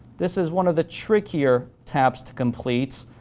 this is one of the trickier tabs to complete.